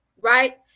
right